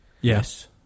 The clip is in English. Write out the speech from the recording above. Yes